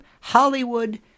Hollywood